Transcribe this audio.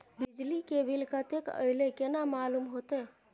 बिजली के बिल कतेक अयले केना मालूम होते?